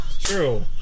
true